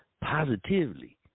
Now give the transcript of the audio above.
positively